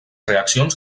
reaccions